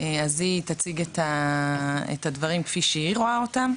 אז היא תציג את הדברים כפי שהיא רואה אותם.